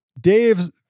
Dave's